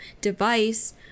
device